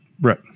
Right